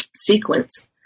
sequence